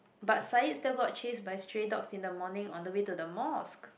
but Sayaet still got chased by stray dogs in the morning on the way to the mosque